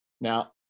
Now